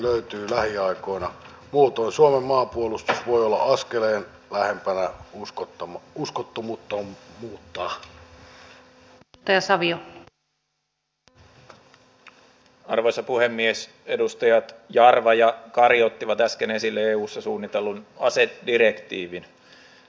minun mielestäni jos ministeri sen itse myöntää se on fakta sen ääneen sanominen ei ole vääristelyä se ei ole räyhäämistä eikä se ole maassa olevan potkimista